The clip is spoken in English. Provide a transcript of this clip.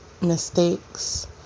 mistakes